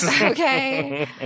Okay